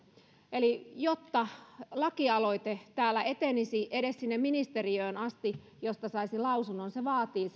eli jotta lakialoite täällä etenisi edes ministeriöön asti josta saisi lausunnon se vaatii